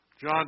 John